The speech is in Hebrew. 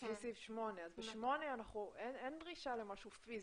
לפי סעיף 8. ב-8 אין דרישה למשהו פיזי.